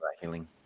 healing